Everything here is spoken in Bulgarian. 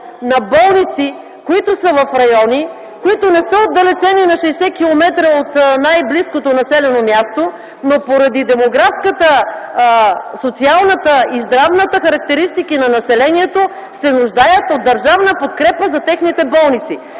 на болници, които са в райони, които не са отдалечени на 60 км от най-близкото населено място, но поради демографската, социалната и здравна характеристики на населението се нуждаят от държавна подкрепа за техните болници.